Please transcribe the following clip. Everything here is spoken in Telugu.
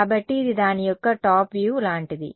కాబట్టి ఇది దాని యొక్క టాప్ వ్యూ లాంటిది